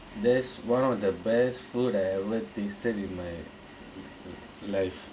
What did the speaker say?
that's one of the best food I ever tasted in my life